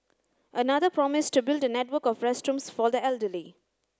another promised to build a network of rest rooms for the elderly